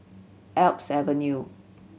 Alps Avenue